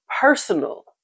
personal